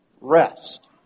rest